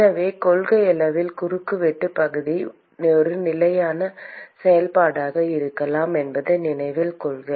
எனவே கொள்கையளவில் குறுக்குவெட்டு பகுதி நிலையின் செயல்பாடாக இருக்கலாம் என்பதை நினைவில் கொள்க